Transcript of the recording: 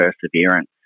Perseverance